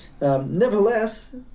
Nevertheless